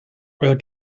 euer